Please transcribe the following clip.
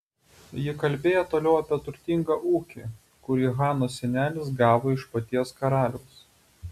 ji kalbėjo toliau apie turtingą ūkį kurį hanos senelis gavo iš paties karaliaus